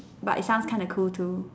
but it sounds kind of cool too